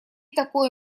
такое